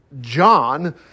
John